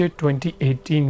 2018